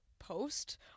post